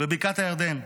בבקעת הירדן.